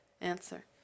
Answer